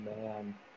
man